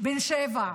בן שבע,